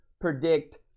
predict